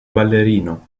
ballerino